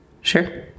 Sure